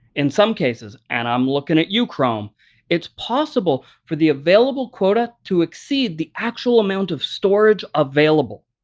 in some cases and i'm looking at you, chrome it's possible for the available quota to exceed the actual amount of storage available.